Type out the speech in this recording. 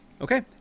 Okay